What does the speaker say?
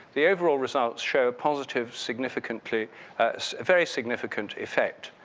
the overall result show positive significantly very significant effect.